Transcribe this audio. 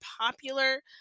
popular